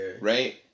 Right